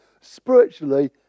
spiritually